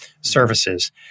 services